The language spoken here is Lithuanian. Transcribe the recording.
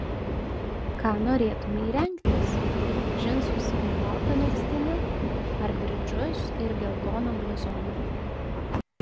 ką norėtumei rengtis džinsus ir baltą megztinį ar bridžus ir geltoną bluzoną